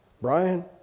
Brian